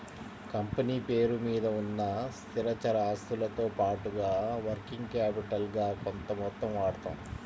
company పేరు మీద ఉన్న స్థిరచర ఆస్తులతో పాటుగా వర్కింగ్ క్యాపిటల్ గా కొంత మొత్తం వాడతాం